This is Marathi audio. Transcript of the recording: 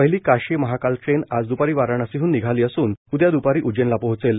पहिली काशी महाकाल ट्रेन आज द्पारी वाराणसीहन निघाली असून उद्या द्पारी उज्जैनला पोहोचेल